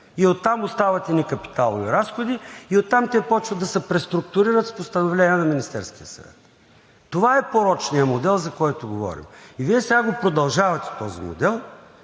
и оттам остават едни капиталови разходи, и оттам те започват да се преструктурират с постановление на Министерския съвет. Това е порочният модел, за който говорим, и Вие сега продължавате този модел,